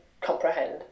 comprehend